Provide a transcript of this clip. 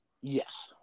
yes